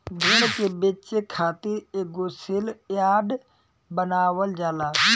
भेड़ के बेचे खातिर एगो सेल यार्ड बनावल जाला